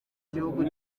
gihugu